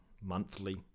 monthly